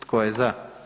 Tko je za?